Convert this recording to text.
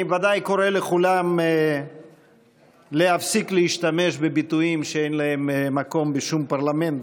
אני ודאי קורא לכולם להפסיק להשתמש בביטויים שאין להם מקום בשום פרלמנט,